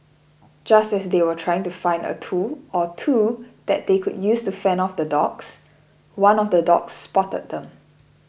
just as they were trying to find a tool or two that they could use to fend off the dogs one of the dogs spotted them